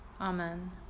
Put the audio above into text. Amen